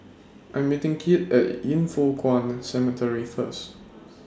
I'm meeting Kit At Yin Foh Kuan Cemetery First